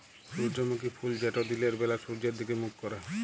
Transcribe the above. সূর্যমুখী ফুল যেট দিলের ব্যালা সূর্যের দিগে মুখ ক্যরে